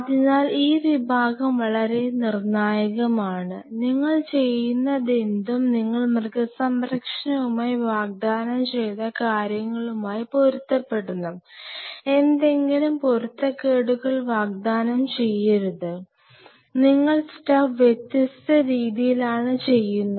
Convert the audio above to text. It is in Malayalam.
അതിനാൽ ഈ ഭാഗം വളരെ നിർണ്ണായകമാണ് നിങ്ങൾ ചെയ്യുന്നതെന്തും നിങ്ങൾ മൃഗസംരക്ഷണവുമായി വാഗ്ദാനം ചെയ്ത കാര്യങ്ങളുമായി പൊരുത്തപ്പെടണം എന്തെങ്കിലും പൊരുത്തക്കേടുകൾ വാഗ്ദാനം ചെയ്യരുത് നിങ്ങൾ സ്റ്റഫ് വ്യത്യസ്ത രീതിയിലാണ് ചെയ്യുന്നത്